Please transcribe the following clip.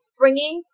bringing